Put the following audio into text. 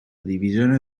divisione